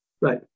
Right